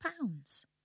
pounds